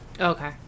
Okay